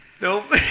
Nope